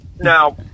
Now